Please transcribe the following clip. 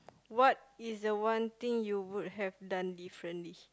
what is the one thing you would have done differently